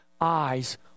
eyes